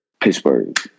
Pittsburgh